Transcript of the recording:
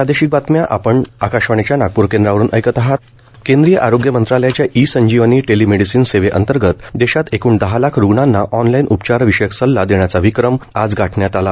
telemedicine केंद्रीय आरोग्य मंत्रालयाच्या ई संजीवनी टेलीमेडिसिन सेवेअंतर्गत देशात एकूण दहा लाख रूग्णांना ऑनलाईन उपचार विषयक सल्ला देण्याचा विक्रम आज गाठण्यात आला